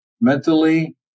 mentally